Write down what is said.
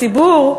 הציבור,